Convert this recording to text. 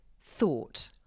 thought